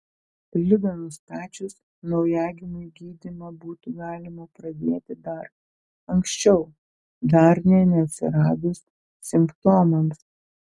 ligą nustačius naujagimiui gydymą būtų galima pradėti dar anksčiau dar nė neatsiradus simptomams